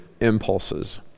impulses